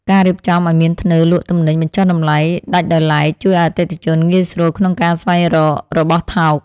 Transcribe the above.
ការរៀបចំឱ្យមានធ្នើរលក់ទំនិញបញ្ចុះតម្លៃដាច់ដោយឡែកជួយឱ្យអតិថិជនងាយស្រួលក្នុងការស្វែងរករបស់ថោក។